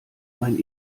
mein